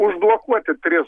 užblokuoti tris